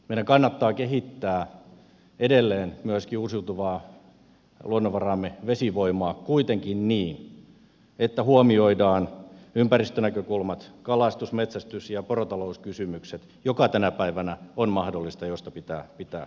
meidän kannattaa kehittää edelleen myöskin uusiutuvaa luonnonvaraamme vesivoimaa kuitenkin niin että huomioidaan ympäristönäkökulmat kalastus metsästys ja porotalouskysymykset mikä tänä päivänä on mahdollista ja mistä pitää pitää huolta